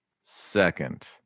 second